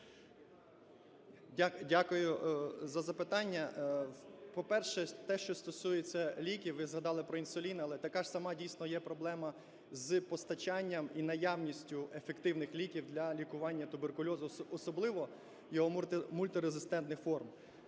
Дякую за запитання. По-перше, те, що стосується ліків. Ви згадали про інсулін, але така ж сама дійсно є проблема з постачанням і наявністю ефективних ліків для лікування туберкульозу, особливо його мультирезистентних форм,